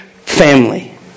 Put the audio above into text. family